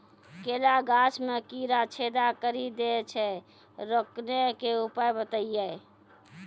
केला गाछ मे कीड़ा छेदा कड़ी दे छ रोकने के उपाय बताइए?